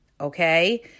okay